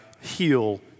heal